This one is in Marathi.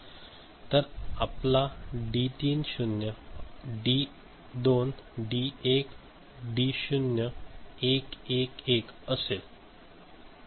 तर आपला डी 3 0 आणि डी 2 डी 1 डी 0 1 1 1 असेल ठीक आहे